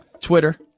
Twitter